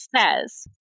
says